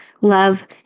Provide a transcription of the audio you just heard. love